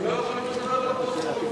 ולא יכולים לדבר לפרוטוקול.